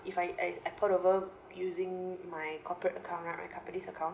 if I I port over using my corporate account right my company's account